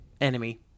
Enemy